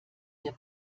der